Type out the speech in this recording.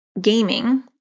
gaming